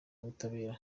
w’ubutabera